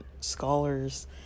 scholars